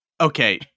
okay